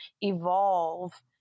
evolve